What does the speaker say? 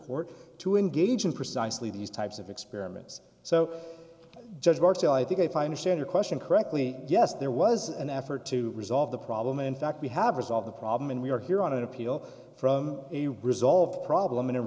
court to engage in precisely these types of experiments so judge marcel i think if i understand your question correctly yes there was an effort to resolve the problem in fact we have resolved the problem and we are here on an appeal from a resolve problem an